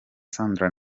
sandra